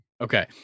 Okay